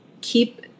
keep